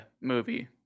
movie